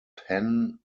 penn